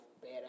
bad